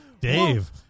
Dave